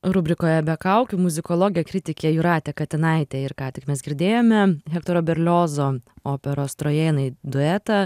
rubrikoje be kaukių muzikologė kritikė jūratė katinaitė ir ką tik mes girdėjome hektoro berliozo operos trojėnai duetą